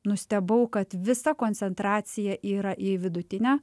nustebau kad visa koncentracija yra į vidutinę